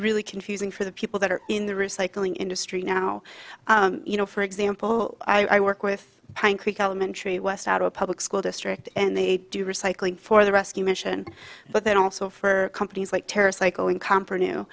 really confusing for the people that are in the recycling industry now you know for example i work with pine creek elementary west out a public school district and they do recycling for the rescue mission but they're also for companies like terrorist like zero income for new